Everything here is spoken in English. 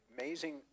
amazing